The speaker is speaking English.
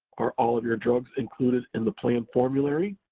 are all of your drugs included in the plan formulary?